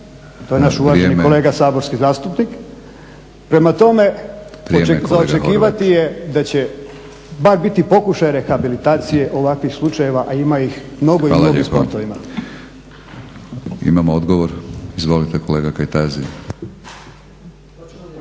To je naš uvaženi kolega saborski zastupnik. Prema tome. Za očekivati je da će bar biti pokušaj rehabilitacije ovakih slučajeva a ima ih mnogo i u mnogim sportovima. **Batinić, Milorad (HNS)** Hvala lijepo.